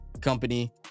company